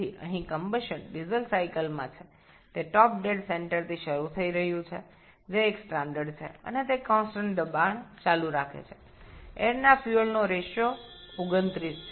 সুতরাং এখানে জ্বলনটি ডিজেল চক্রের শীর্ষ ডেড সেন্টার থেকে শুরু হচ্ছে যা একটি আদর্শ এবং এটি স্থির চাপ বজায় রেখেছে বায়ু ও জ্বালানির অনুপাত ২৯